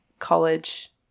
college